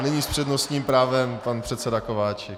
A nyní s přednostním právem pan předseda Kováčik.